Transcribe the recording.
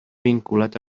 vinculat